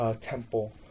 Temple